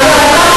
חבר הכנסת אורון.